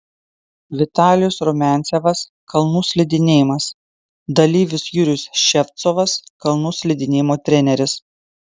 vitalijus rumiancevas kalnų slidinėjimas dalyvis jurijus ševcovas kalnų slidinėjimo treneris